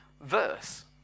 verse